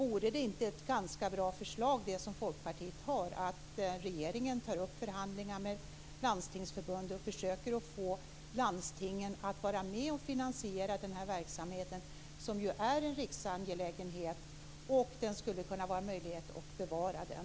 Är det inte ett ganska bra förslag som Folkpartiet har, att regeringen tar upp förhandlingar med Landstingsförbundet och försöker att få landstingen att vara med och finansiera den här verksamheten? Den är ju en riksangelägenhet, och det skulle kunna vara en möjlighet och bevara den.